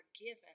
given